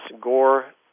Gore